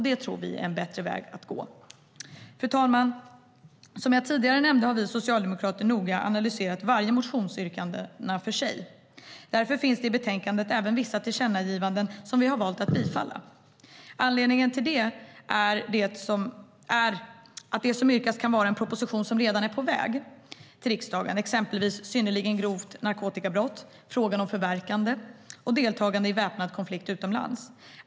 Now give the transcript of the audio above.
Det tror vi är en bättre väg att gå. Fru talman! Som jag tidigare nämnde har vi socialdemokrater noga analyserat varje motionsyrkande för sig. Därför finns det i betänkandet även vissa tillkännagivanden som vi har valt att bifalla. Anledningen till det kan vara att det när det gäller det som yrkas redan är en proposition som är på väg till riksdagen. Det gäller exempelvis synnerligen grovt narkotikabrott, frågan om förverkande samt deltagande i väpnad konflikt utomlands.